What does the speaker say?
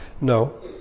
No